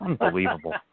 Unbelievable